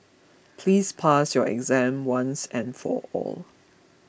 please pass your exam once and for all